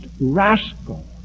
rascal